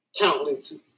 countless